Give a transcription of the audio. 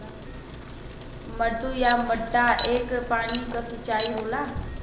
मड्डू या मड्डा एक पानी क सिंचाई होला